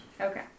Okay